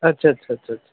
আচ্ছা আচ্ছা আচ্ছা আচ্ছা